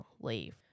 leave